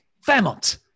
Fairmont